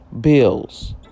bills